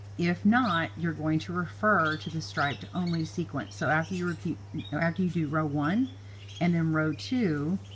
if not, you're going to refer to the striped-only sequence. so after you repeat or after you do row one and then row two,